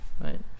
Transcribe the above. right